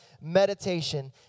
meditation